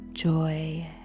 Joy